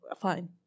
fine